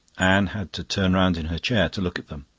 anne had to turn round in her chair to look at them.